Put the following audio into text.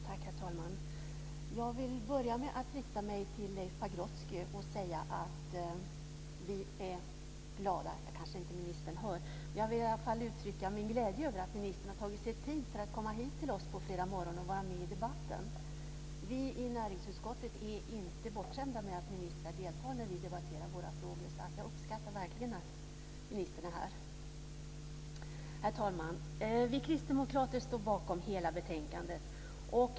Herr talman! Jag vill börja med att rikta mig till Leif Pagrotsky. Jag vill uttrycka min glädje över att ministern har tagit sig tid för att komma hit till oss på fredag morgon och vara med i debatten. Vi i näringsutskottet är inte bortskämda med att ministrar deltar när vi debatterar våra frågor. Jag uppskattar verkligen att ministern är här. Herr talman! Vi kristdemokrater står bakom hela betänkandet.